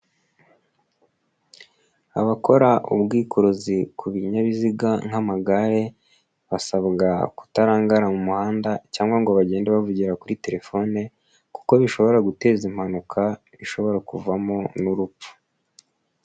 Abakora ubwikorezi ku binyabiziga nk'amagare, basabwa kutarangara mu muhanda cyangwa ngo bagende bavugira kuri telefone, kuko bishobora guteza impanuka, bishobora kuvamo n'urupfu.